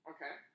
Okay